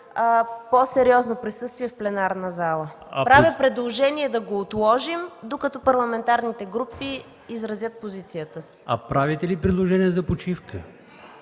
по-сериозно присъствие в пленарната зала. Правя предложение да го отложим, докато парламентарните групи изразят позицията си. ПРЕДСЕДАТЕЛ АЛИОСМАН ИМАМОВ: А правите ли предложение за почивка?